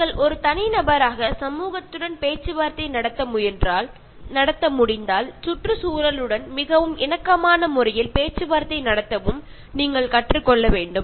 நீங்கள் ஒரு தனிநபராக சமூகத்துடன் பேச்சுவார்த்தை நடத்த முடிந்தால் சுற்றுச்சூழலுடன் மிகவும் இணக்கமான முறையில் பேச்சுவார்த்தை நடத்தவும் நீங்கள் கற்றுக்கொள்ள வேண்டும்